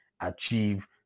achieve